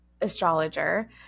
astrologer